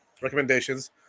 recommendations